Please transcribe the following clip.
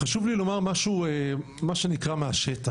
חשוב לי לומר משהו מה שנקרא מהשטח,